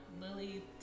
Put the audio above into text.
Lily